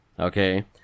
Okay